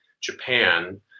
Japan